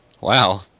Wow